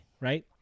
right